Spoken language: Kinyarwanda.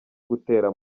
gutera